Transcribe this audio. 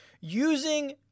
using